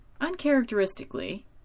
uncharacteristically